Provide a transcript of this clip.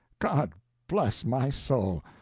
god bless my soul!